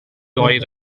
oer